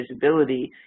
visibility